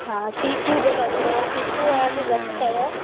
हा चीकू ब अथव चीकू जा अघु घटि अथव